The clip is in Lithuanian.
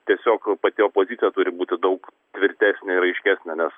tiesiog pati opozicija turi būti daug tvirtesnė ir aiškesnė nes